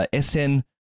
SN